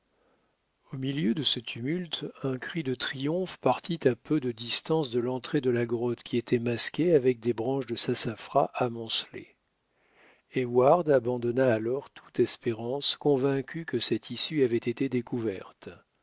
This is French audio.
au milieu de ce tumulte un cri de triomphe partit à peu de distance de l'entrée de la grotte qui était masquée avec des branches de sassafras amoncelées heyward abandonna alors toute espérance convaincu que cette issue avait été découverte